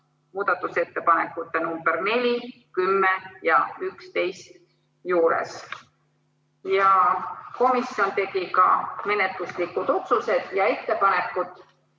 muudatusettepanekute nr 4, 10 ja 11 juures. Komisjon tegi ka menetluslikud otsused ja ettepanekud.